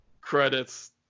Credits